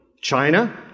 China